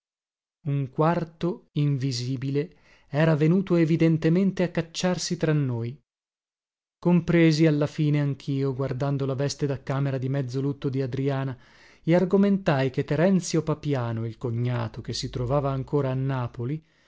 un quarto invisibile era venuto evidentemente a cacciarsi tra noi compresi alla fine anchio guardando la veste da camera di mezzo lutto di adriana e argomentai che terenzio papiano il cognato che si trovava ancora a napoli